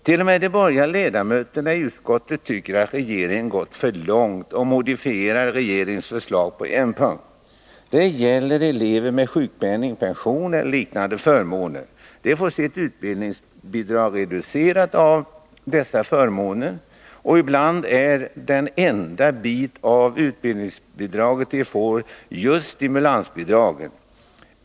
T.o.m. de borgerliga ledamöterna i utskottet tycker att regeringen har gått för långt och modifierar regeringens förslag på en punkt. Det gäller elever med sjukpenning, pension eller liknande förmåner. De får sitt utbildningsbidrag reducerat av dessa förmåner, och ibland är den enda bit av utbildningsbidraget de får just stimulansbidraget.